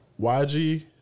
YG